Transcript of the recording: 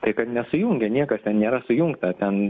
tai kad nesujungė niekas ten nėra sujungta ten